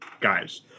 guys